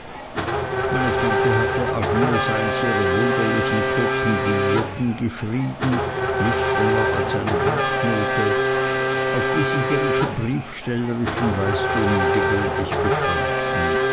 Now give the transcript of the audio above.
meine tante hatte agnes eins ihrer wunderlichen kurzen billeten geschrieben nicht länger als eine banknote auf die sich ihre briefstellerischen leistungen gewöhnlich beschränkten